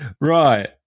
Right